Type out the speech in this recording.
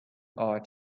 are